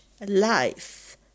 life